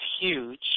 huge